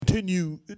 continue